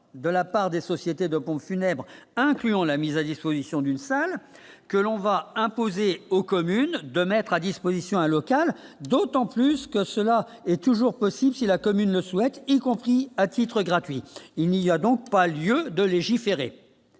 de la part des sociétés de pompes funèbres, incluant la mise à disposition d'une salle que l'on va imposer aux communes de mettre à disposition un local d'autant plus que cela est toujours possible, si la commune ne souhaite, y compris à titre gratuit, il y a donc pas lieu de légiférer